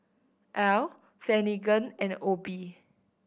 Al Finnegan and Obe